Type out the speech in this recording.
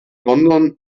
london